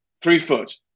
three-foot